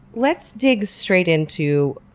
let's dig straight into,